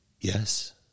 Yes